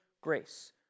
grace